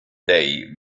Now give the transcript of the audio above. day